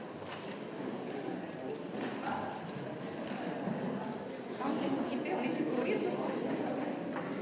Hvala.